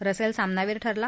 Russell सामनावीर ठरला